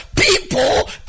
People